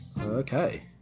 Okay